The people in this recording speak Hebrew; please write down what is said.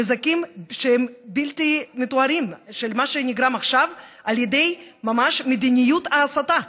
נזקים בלתי מתוארים בשל מה שנגרם עכשיו על ידי מדיניות הסתה ממש.